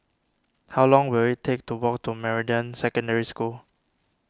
how long will it take to walk to Meridian Secondary School